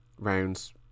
rounds